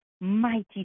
mighty